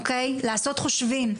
אוקי, לעשות חושבים,